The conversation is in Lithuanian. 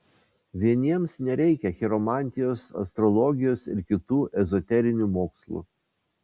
vieniems nereikia chiromantijos astrologijos ir kitų ezoterinių mokslų